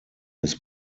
his